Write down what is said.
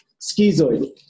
schizoid